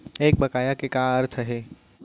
एक बकाया के का अर्थ हे?